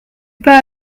pas